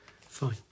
Fine